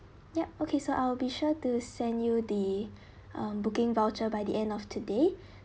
yup okay so I'll be sure to send you the um booking voucher by the end of today